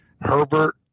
Herbert